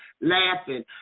laughing